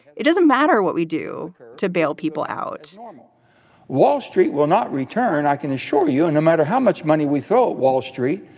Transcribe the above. it doesn't matter what we do to bail people out wall street will not return. i can assure you, and no matter how much money we throw. wall street,